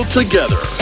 together